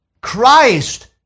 Christ